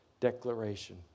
Declaration